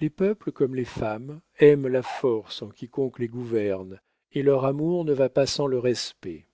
les peuples comme les femmes aiment la force en quiconque les gouverne et leur amour ne va pas sans le respect